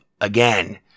again